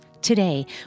Today